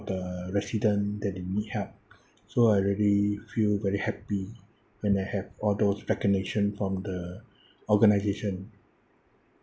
the resident that they need help so I really feel very happy when I have all those recognition from the organisation